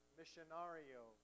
missionario